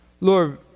Lord